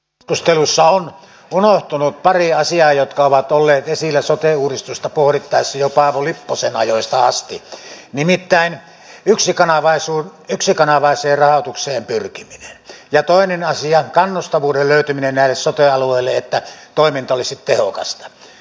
keskustelussa on unohtunut pari asiaa jotka ovat olleet esillä sote uudistusta pohdittaessa jo paavo lipposen ajoista asti nimittäin yksikanavaiseen rahoitukseen pyrkiminen ja toinen asia kannustavuuden löytyminen näille sote alueille että toiminta olisi tehokasta